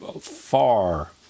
far